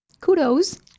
kudos